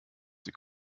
sie